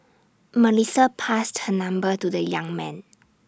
Melissa passed her number to the young man